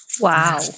Wow